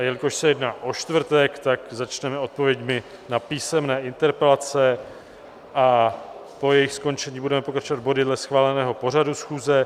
Jelikož se jedná o čtvrtek, začneme odpověďmi na písemné interpelace a po jejich skončení budeme pokračovat body dle schváleného pořadu schůze.